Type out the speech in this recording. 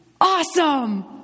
awesome